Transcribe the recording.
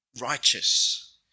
righteous